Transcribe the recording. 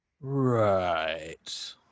Right